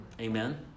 Amen